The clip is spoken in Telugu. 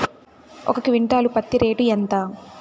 ఒక క్వింటాలు పత్తి రేటు ఎంత?